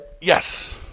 Yes